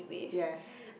yes